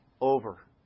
over